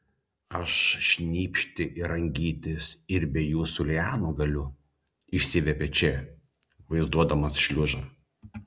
aš šnypšti ir rangytis ir be jūsų lianų galiu išsiviepė če vaizduodamas šliužą